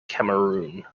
cameroon